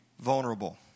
vulnerable